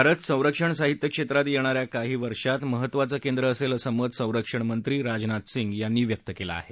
भारत संरक्षण साहित्यक्षेत्रात येणाऱ्या काही वर्षात महत्त्वाचं केंद्र असेल असं मत संरक्षण मंत्रीराजनाथसिंग यांनी व्यक्त केलं आहे